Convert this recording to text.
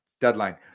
deadline